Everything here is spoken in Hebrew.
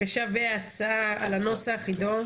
אני מצביעה על נוסח הצעת החוק.